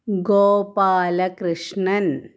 Gopalakrishnan